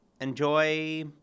enjoy